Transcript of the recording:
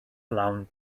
lawn